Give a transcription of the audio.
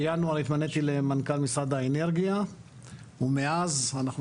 בינואר התמניתי למנכ"ל משרד האנרגיה ומאז אנחנו